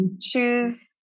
choose